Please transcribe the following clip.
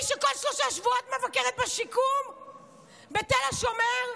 אני, שכל שלושה שבועות מבקרת בשיקום בתל השומר,